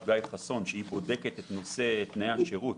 חסון שהיא בודקת את נושא תנאי השירות.